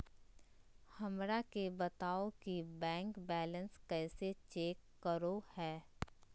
हमरा के बताओ कि बैंक बैलेंस कैसे चेक करो है?